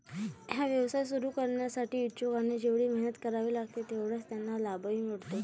हा व्यवसाय सुरू करण्यासाठी इच्छुकांना जेवढी मेहनत करावी लागते तेवढाच त्यांना लाभही मिळतो